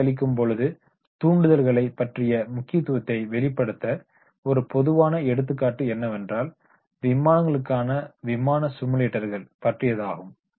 பயிற்சி அளிக்கும் பொழுது தூண்டுதல்களை பற்றிய முக்கியத்துவத்தை வெளிப்படுத்த ஒரு பொதுவான எடுத்துக்காட்டு என்னவென்றால் விமானங்களுக்கான விமான சிமுலேட்டர்கள் பற்றியதாகும்